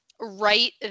right